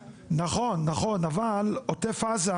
נכון, אבל עוטף עזה